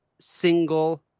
single